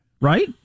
Right